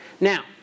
Now